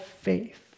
faith